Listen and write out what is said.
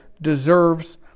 deserves